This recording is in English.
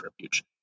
Refuge